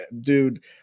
dude